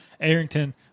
Arrington